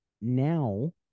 now